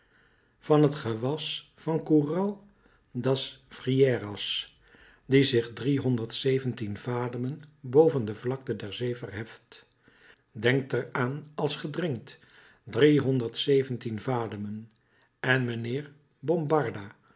van het gewas van den coural das freiras die zich driehonderdzeventien vademen boven de vlakte der zee verheft denkt er aan als ge drinkt driehonderdzeventien vademen en mijnheer